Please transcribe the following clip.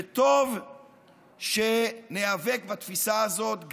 וטוב שניאבק בתפיסה הזאת,